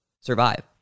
survive